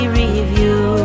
review